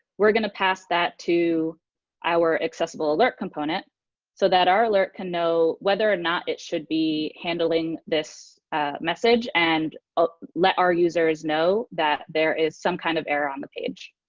we are going to pass that to our accessible alert component so that our alert can know whether or not it should be handling this message, and let our users know that there is some kind of error on the page.